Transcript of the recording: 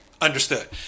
understood